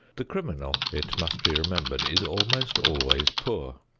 the criminal, it must be remembered, is almost always poor.